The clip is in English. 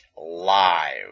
Live